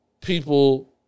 people